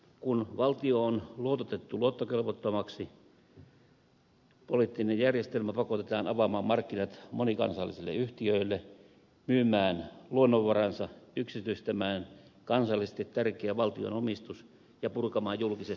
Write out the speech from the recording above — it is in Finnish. kun valtio on luototettu luottokelvottomaksi poliittinen järjestelmä pakotetaan avaamaan markkinat monikansallisille yhtiöille myymään luonnonvaransa yksityistämään kansallisesti tärkeä valtion omistus ja purkamaan julkiset palvelut